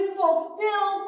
fulfill